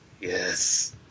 Yes